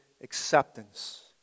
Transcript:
acceptance